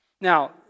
Now